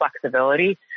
flexibility